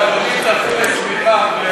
אדוני היושב-ראש,